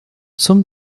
zum